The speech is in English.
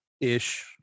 ish